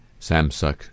Samsung